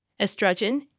Estrogen